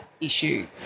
issue